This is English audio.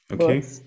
Okay